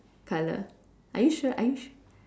colour are you sure are you sure